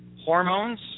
Hormones